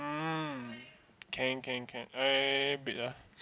um can can can eh a bit lah